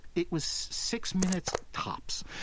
it was six minutes, tops.